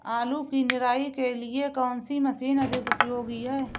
आलू की निराई के लिए कौन सी मशीन अधिक उपयोगी है?